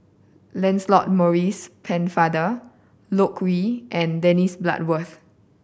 Lancelot Maurice Pennefather Loke Yew and Dennis Bloodworth